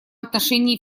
отношении